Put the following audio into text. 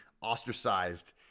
ostracized